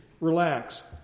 Relax